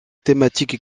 thématique